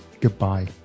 goodbye